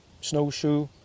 snowshoe